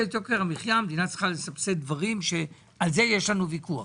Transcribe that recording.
המדינה צריכה לסבסד דברים, ועל זה יש לנו ויכוח.